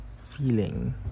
feeling